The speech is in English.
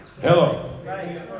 Hello